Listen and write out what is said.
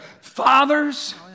fathers